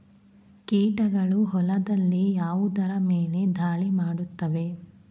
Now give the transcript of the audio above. ಕೀಟಗಳು ಹೊಲದಲ್ಲಿ ಯಾವುದರ ಮೇಲೆ ಧಾಳಿ ಮಾಡುತ್ತವೆ?